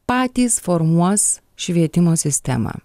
patys formuos švietimo sistemą